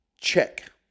check